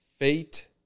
Fate